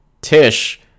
Tish